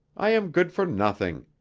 i am good for nothing.